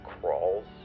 crawls